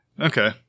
Okay